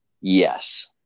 Yes